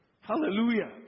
Hallelujah